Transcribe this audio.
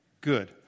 Good